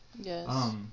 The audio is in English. yes